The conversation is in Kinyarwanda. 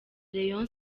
rayon